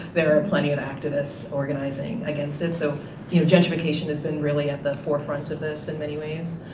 there are plenty of activists organizing against it. so you know gentrification has been really at the forefront of this in many ways.